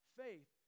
faith